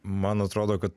man atrodo kad